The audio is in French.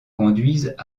conduisent